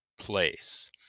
place